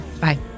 Bye